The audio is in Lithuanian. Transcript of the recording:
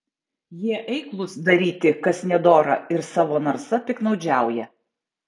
jie eiklūs daryti kas nedora ir savo narsa piktnaudžiauja